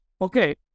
okay